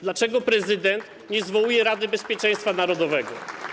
Dlaczego prezydent nie zwołuje Rady Bezpieczeństwa Narodowego?